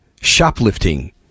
shoplifting